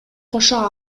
кошо